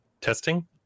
testing